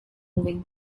moving